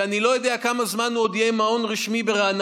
שאני לא יודע כמה זמן הוא עוד יהיה מעון רשמי ברעננה,